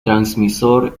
transmisor